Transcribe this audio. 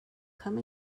come